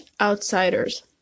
outsiders